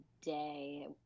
today